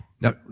Now